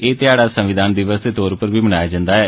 एह् ध्याड़ा संविधान दिवस दे तौर उप्पर बी मनाया जंदा ऐ